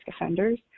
offenders